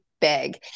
big